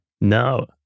No